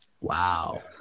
Wow